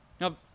Now